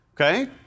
Okay